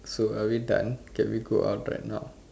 so are we done can we go out right now